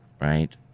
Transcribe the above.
right